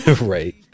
right